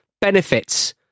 Benefits